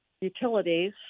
utilities